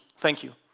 thank you